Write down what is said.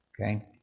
Okay